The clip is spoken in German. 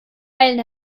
eilen